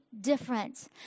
different